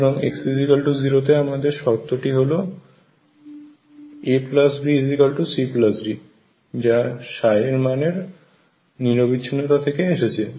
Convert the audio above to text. সুতরাং x 0 তে আমাদের শর্তটি হলো ABCD যা ψ এর মানের নিরবিচ্ছিন্নতা থাকে এসেছে